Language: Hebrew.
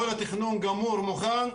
כל התכנון גמור ומוכן,